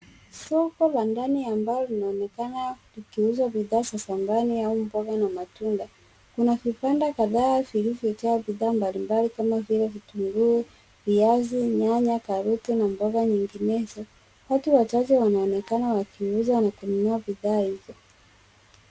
Soko la ndani ambalo linaonekana likiuza bidhaa za shambani au mboga na matunda. Kuna vibanda kadhaa vilivyojaa bidhaa mbalimbali kama vile vitunguu, viazi, nyanya, karoti na mboga nyinginezo. Watu wachache wanaonekana wakiuza na kununua bidhaa hizo.